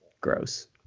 gross